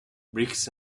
bricks